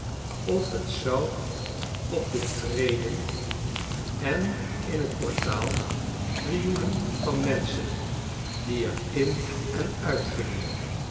of t zou op de treden en in t portaal krioelen van menschen die er in en uitgingen